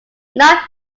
knock